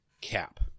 cap